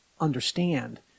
understand